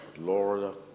Lord